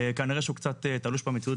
כנראה שהוא קצת תלוש מהמציאות,